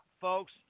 folks